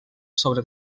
sobre